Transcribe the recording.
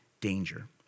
danger